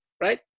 Right